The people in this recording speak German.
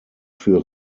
für